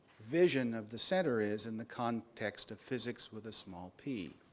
vision of the center is, in the context of physics with a small p.